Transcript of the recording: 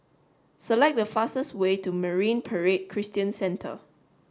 select the fastest way to Marine Parade Christian Centre